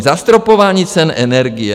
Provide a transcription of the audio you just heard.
Zastropování cen energie.